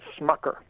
Smucker